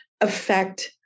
affect